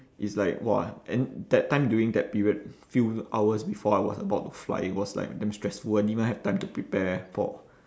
it's like !wah! and that time during that period few hours before I was about to fly it was like damn stressful I didn't even have time to prepare for